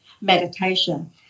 meditation